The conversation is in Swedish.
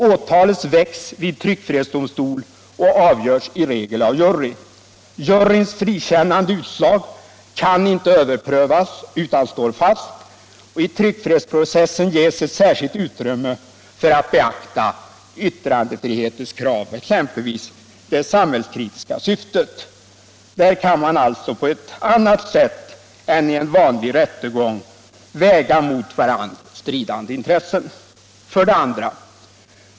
Åtalet väcks vid tryckfrihetsdomstol och avgörs i regel av jury. Juryns frikännande utslag kan inte överprövas utan står fast, och i tryckfrihetsprocessen ges ett särskilt utrymmee för att beakta yttrandefrihetens krav, exempelvis det samhällskritiska syftet. Där kan man alltså på ett annat sätt än i en vanlig rättegång väga mot varandra stridande intressen. 2.